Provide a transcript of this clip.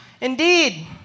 Indeed